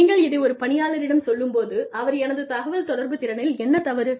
நீங்கள் இதை ஒரு பணியாளரிடம் சொல்லும் போது அவர் எனது தகவல்தொடர்பு திறனில் என்ன தவறு